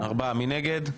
מי נגד?